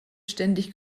ständig